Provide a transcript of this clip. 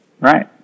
Right